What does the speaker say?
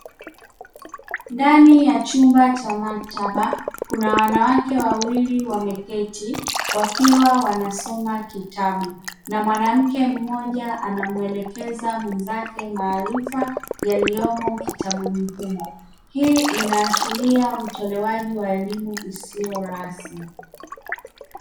Ndani ya chumba cha maktaba kuna wanawake wawili wameketi wakiwa wanasoma kitabu na mwanamke mmoja anamuelekeza mwenzake maarifa yaliyomo kitabuni humo, hii inaashiria utolewaji wa elimu isiyo rasmi.